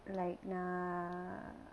like err